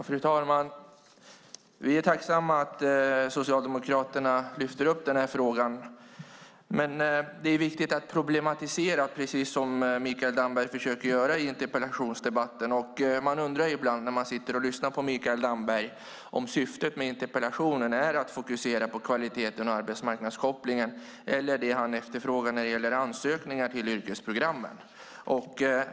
Fru talman! Vi är tacksamma för att Socialdemokraterna lyfter upp denna fråga. Det är viktigt att problematisera, precis som Mikael Damberg försöker göra i interpellationsdebatten. Man undrar ibland när man sitter och lyssnar på Mikael Damberg om syftet med interpellationen är att fokusera på kvaliteten och arbetsmarknadskopplingen eller det han efterfrågar när det gäller ansökningar till yrkesprogrammen.